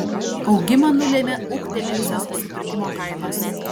augimą nulėmė ūgtelėjusios supirkimo kainos